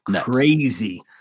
crazy